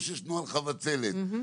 פק"ל שאומר